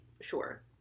sure